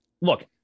look